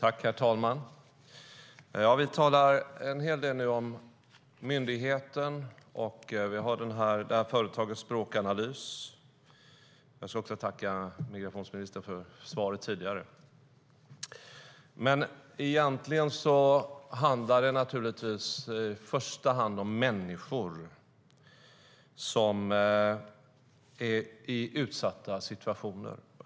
Herr talman! Också jag tackar migrationsministern för svaret. Vi talar om myndigheten och företaget Sprakab, men i första hand handlar det givetvis om människor som är i en utsatt situation.